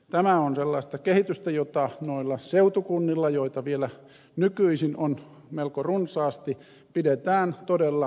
tämä on sellaista kehitystä jota noilla seutukunnilla joita vielä nykyisin on melko runsaasti pidetään todella huolestuttavana